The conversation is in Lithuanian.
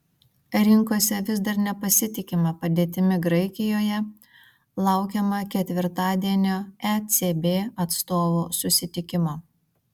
rinkose vis dar nepasitikima padėtimi graikijoje laukiama ketvirtadienio ecb atstovų susitikimo